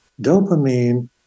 dopamine